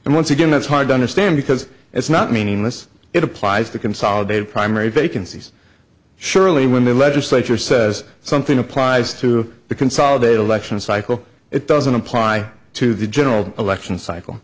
and once again that's hard to understand because it's not meaningless it applies to consolidated primary vacancies surely when the legislature says something applies to the consolidated election cycle it doesn't apply to the general election cycle